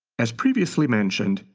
as previously mentioned,